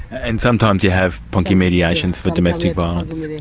and sometimes you have ponki mediations for domestic violence.